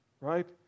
Right